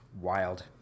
wild